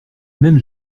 même